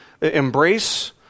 embrace